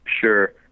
Sure